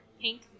pink